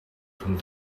from